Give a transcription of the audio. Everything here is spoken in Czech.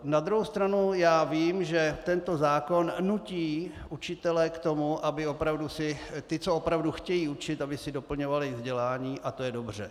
Na druhou stranu já vím, že tento zákon nutí učitele k tomu, aby opravdu si ti, co opravdu chtějí učit, doplňovali vzdělání, a to je dobře.